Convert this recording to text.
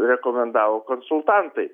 rekomendavo konsultantai